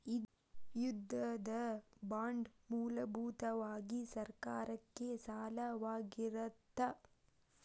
ಯುದ್ಧದ ಬಾಂಡ್ ಮೂಲಭೂತವಾಗಿ ಸರ್ಕಾರಕ್ಕೆ ಸಾಲವಾಗಿರತ್ತ